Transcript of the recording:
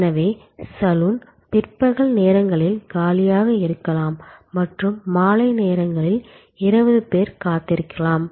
எனவே சலூன் பிற்பகல் நேரங்களில் காலியாக இருக்கலாம் மற்றும் மாலை நேரங்களில் 20 பேர் காத்திருக்கலாம்